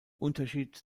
unterschied